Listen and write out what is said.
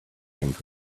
and